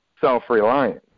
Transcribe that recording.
self-reliant